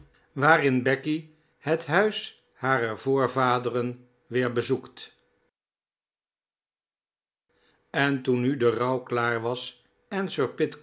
waarin becky liet fiiuis liarer voorvaderea weer bezoekt oooooooooo p p n toen nu de rouw klaar was en